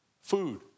food